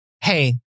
hey